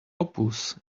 opus